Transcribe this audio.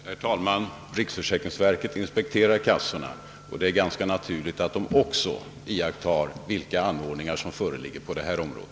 Herr talman! Riksförsäkringsverket inspekterar kassorna, och det är ganska naturligt att de också iakttar vilka anordningar som är vidtagna på detta område.